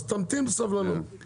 אז תמתין בסבלנות.